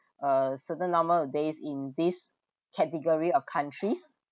a certain number of days in this category of countries